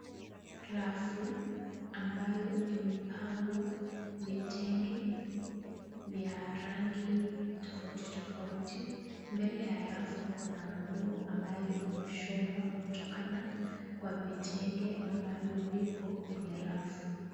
Rafu ambayo imepangwa vitenge vya rangi tofauti tofauti. Mbele ya rafu kuna nguo ambayo imeshonwa kutokana kwa vitenge ambavyo vipo kwenye rafu.